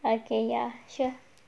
okay ya sure